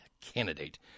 candidate